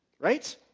Right